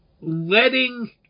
letting